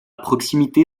proximité